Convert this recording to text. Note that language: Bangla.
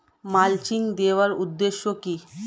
মালচিং দেওয়ার উদ্দেশ্য কি?